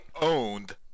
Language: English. owned